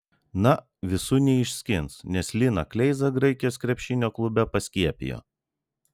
na visų neišskins nes liną kleizą graikijos krepšinio klube paskiepijo